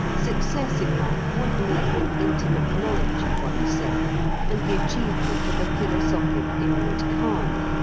success in life would mean an intimate knowledge of one's self and the achievement of a philosophic inward calm,